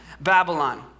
Babylon